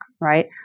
right